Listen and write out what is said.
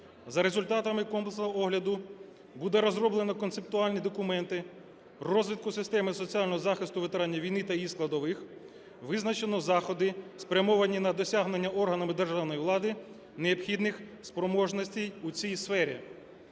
За результатами комплексного огляду буде розроблено концептуальні документи розвитку системи соціального захисту ветеранів війни та її складових, визначено заходи, спрямовані на досягнення органами державної влади необхідних спроможностей у цій сфері.